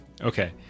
Okay